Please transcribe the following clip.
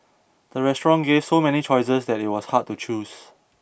the restaurant gave so many choices that it was hard to choose